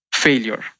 failure